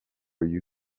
you